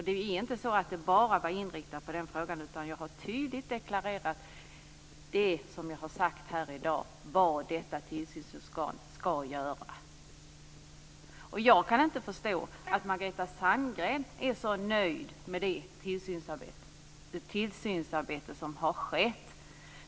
Det är inte så att jag bara har inriktat mig på den frågan, utan jag har tydligt deklarerat här i dag vad detta tillsynsorgan ska göra. Jag kan inte förstå att Margareta Sandgren är så nöjd med det tillsynsarbete som har skett.